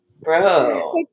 Bro